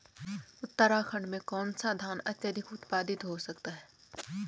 उत्तराखंड में कौन सा धान अत्याधिक उत्पादित हो सकता है?